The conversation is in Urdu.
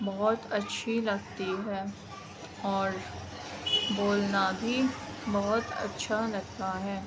بہت اچھی لگتی ہے اور بولنا بھی بہت اچھا لگتا ہے